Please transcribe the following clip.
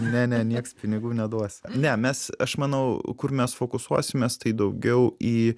ne ne nieks pinigų neduos ne mes aš manau kur mes fokusuosimės tai daugiau į